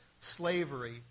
slavery